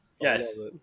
yes